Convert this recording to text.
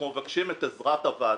אנחנו מבקשים את עזרת הוועדה